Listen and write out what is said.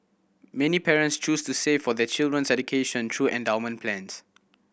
many parents choose to save for their children's education through endowment plans